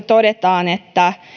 todetaan että